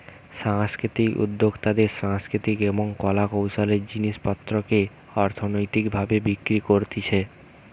সাংস্কৃতিক উদ্যোক্তাতে সাংস্কৃতিক এবং কলা কৌশলের জিনিস পত্রকে অর্থনৈতিক ভাবে বিক্রি করতিছে